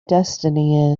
destiny